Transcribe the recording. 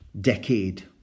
decade